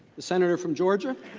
center from georgia